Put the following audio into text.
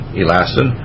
elastin